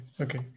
Okay